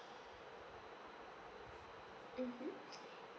mmhmm